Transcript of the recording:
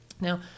Now